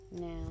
Now